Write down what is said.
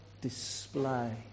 display